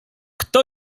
kto